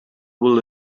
will